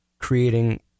creating